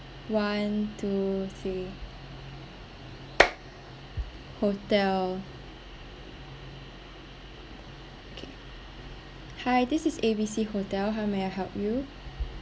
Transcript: one two three hotel okay hi this is A_B_C hotel how may I help you